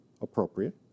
appropriate